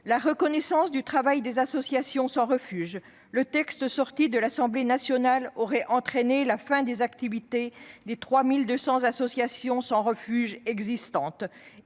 La reconnaissance du travail des associations sans refuge, d'abord : le texte issu de l'Assemblée nationale aurait entraîné la fin des activités des 3 200 associations sans refuge existantes,